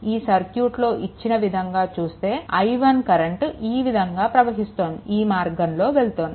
ఈ సర్క్యూట్లో ఇచ్చిన విధంగా చూస్తే i1 కరెంట్ ఈ విధంగా ప్రవహిస్తుంది ఈ మార్గంలో వెళ్తోంది